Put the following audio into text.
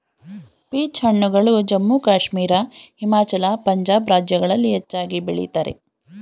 peach ಹಣ್ಣುಗಳು ಜಮ್ಮು ಕಾಶ್ಮೀರ, ಹಿಮಾಚಲ, ಪಂಜಾಬ್ ರಾಜ್ಯಗಳಲ್ಲಿ ಹೆಚ್ಚಾಗಿ ಬೆಳಿತರೆ